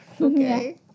Okay